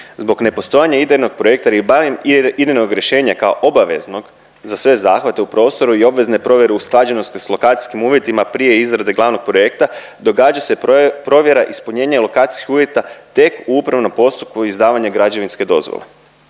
Zbog nepostojanja idejnog projekta ili barem idejnog rješenja kao obaveznog za sve zahvate u prostoru i obvezne provjere usklađenosti s lokacijskim uvjetima prije izrade glavnog projekta događa se provjera ispunjenja lokacijskih uvjeta tek u upravnom postupku izdavanja građevinske dozvole.